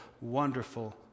wonderful